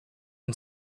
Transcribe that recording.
and